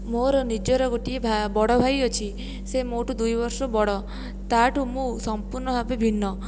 ମୋର ନିଜର ଗୋଟିଏ ବଡ଼ଭାଇ ଅଛି ସେ ମୋଠାରୁ ଦୁଇବର୍ଷ ବଡ଼ ତା'ଠାରୁ ମୁଁ ସମ୍ପୂର୍ଣ୍ଣ ଭାବେ ଭିନ୍ନ